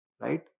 right